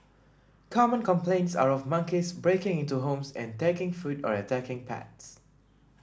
common complaints are of monkeys breaking into homes and taking food or attacking pets